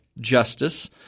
Justice